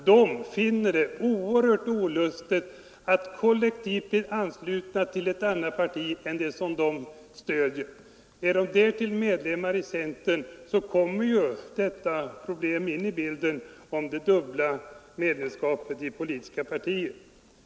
De finner det naturligtvis olustigt att kollektivt bli anslutna till ett annat parti än det de stöder. Är det därtill medlemmar i centerpartiet kommer problemet med det dubbla medlemskapet i politiska partier in i bilden.